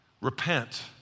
Repent